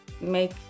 make